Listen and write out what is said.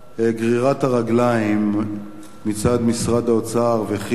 גרירת הרגליים מצד משרד האוצר וכי"ל,